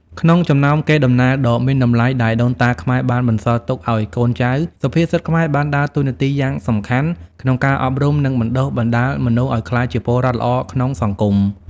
ក្នុងចំណោមកេរ្តិ៍ដំណែលដ៏មានតម្លៃដែលដូនតាខ្មែរបានបន្សល់ទុកឱ្យកូនចៅ សុភាសិតខ្មែរបានដើរតួនាទីយ៉ាងសំខាន់ក្នុងការអប់រំ និងបណ្ដុះបណ្ដាលមនុស្សឱ្យក្លាយជាពលរដ្ឋល្អក្នុងសង្គម។